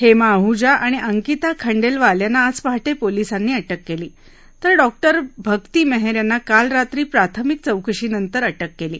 हेमा अहुजा आणि अंकिता खंडेलवाल यांना आज पहाटे पोलीसांनी अटक केली तर डॉक्टर भक्ती मेहेर यांना काल रात्री प्राथमिक चौकशी नंतर अटक केली